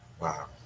Wow